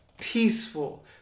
peaceful